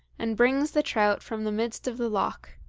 and brings the trout from the midst of the loch